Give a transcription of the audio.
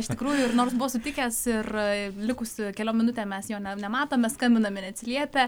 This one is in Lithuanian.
iš tikrųjų ir nors buvo sutikęs ir likus keliom minutėm mes jo ne nematome skambiname neatsiliepia